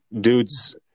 dudes